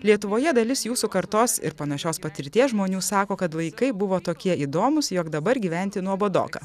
lietuvoje dalis jūsų kartos ir panašios patirties žmonių sako kad vaikai buvo tokie įdomūs jog dabar gyventi nuobodoka